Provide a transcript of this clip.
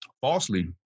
falsely